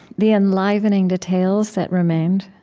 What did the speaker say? the enlivening details that remained?